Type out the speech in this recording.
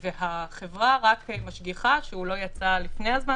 והחברה רק משגיחה שהוא לא יצא לפני הזמן